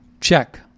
Check